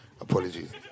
Apologies